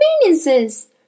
conveniences